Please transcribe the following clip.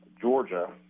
Georgia